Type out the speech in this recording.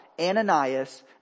Ananias